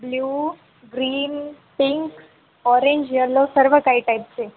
blue green pink orange yellow सर्व काही टाईपचे